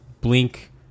blink